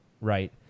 Right